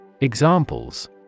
Examples